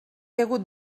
hagut